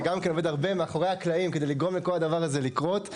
שעובד הרבה מאחורי הקלעים כדי לגרום לכל הדבר הזה לקרות.